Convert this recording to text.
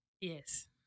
Yes